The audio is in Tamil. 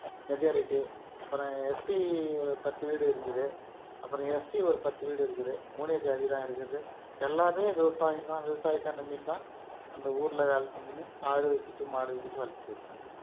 மெஜாரிட்டி அப்புறம் எஸ்சி ஒரு பத்து வீடு இருந்துது அப்புறம் எஸ்டி ஒரு பத்து வீடு இருக்குது மூனே ஜாதி தான் இருக்கிறது எல்லாமே விவசாயந்தான் விவசாயத்தை நம்பின்னு தான் அந்த ஊரில் வேலை செஞ்சின்னு ஆடு வச்சிட்டு மாடு வச்சிட்டு வளத்திட்டு இருக்காங்க